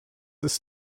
ist